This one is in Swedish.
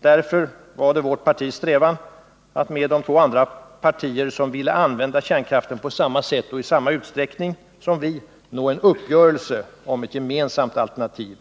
Därför var det vårt partis strävan att med de två andra partier som vill använda kärnkraften på samma sätt och i samma utsträckning som vi nå en uppgörelse om ett gemensamt alternativ.